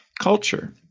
culture